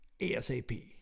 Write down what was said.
ASAP